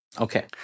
Okay